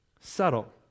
Subtle